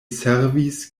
servis